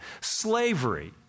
slavery